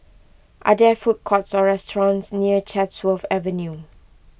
are there food courts or restaurants near Chatsworth Avenue